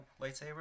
lightsaber